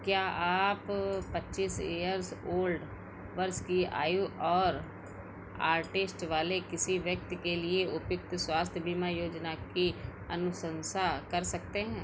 क्या आप पच्चीस इयर्स ओल्ड वर्ष की आयु और आर्टिस्ट वाले किसी व्यक्ति के लिए उपयुक्त स्वास्थ्य बीमा योजना की अनुशन्सा कर सकते हैं